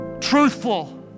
truthful